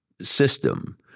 system